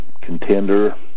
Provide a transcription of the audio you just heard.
contender